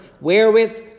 wherewith